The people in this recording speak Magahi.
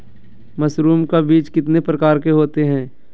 मशरूम का बीज कितने प्रकार के होते है?